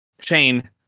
Shane